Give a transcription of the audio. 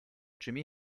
jimi